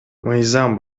мыйзам